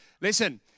Listen